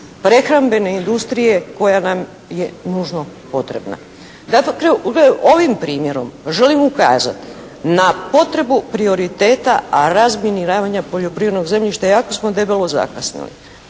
prehrambene industrije koja nam je nužno potrebna. Dakako, ovim primjerom želim ukazati na potrebu prioriteta razminiravanja poljoprivrednog zemljišta, iako smo debelo zakasnili.